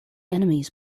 enemies